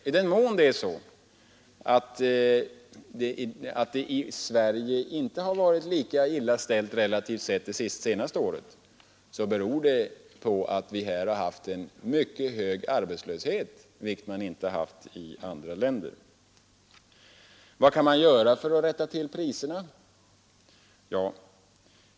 I den mån det i Sverige relativt sett inte varit lika illa ställt under det senaste året beror det på att vi här haft en mycket hög arbetslöshet, vilket man inte haft på annat håll. Vad kan man göra för att rätta till priserna?